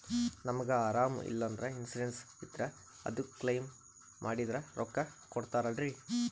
ನಮಗ ಅರಾಮ ಇಲ್ಲಂದ್ರ ಇನ್ಸೂರೆನ್ಸ್ ಇದ್ರ ಅದು ಕ್ಲೈಮ ಮಾಡಿದ್ರ ರೊಕ್ಕ ಕೊಡ್ತಾರಲ್ರಿ?